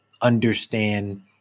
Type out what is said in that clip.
understand